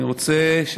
אני רוצה,